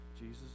Jesus